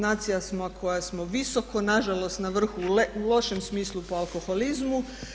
Nacija smo koja smo visoko na žalost na vrhu u lošem smislu po alkoholizmu.